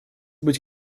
быть